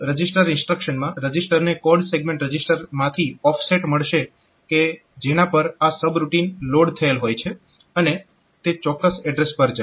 CALL reg ઇન્સ્ટ્રક્શનમાં રજીસ્ટરને code segment રજીસ્ટરમાંથી ઓફસેટ મળશે કે જેના પર આ સબ રૂટીન લોડ થયેલ હોય છે અને તે ચોક્કસ એડ્રેસ પર જશે